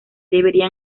debería